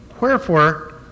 Wherefore